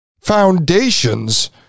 foundations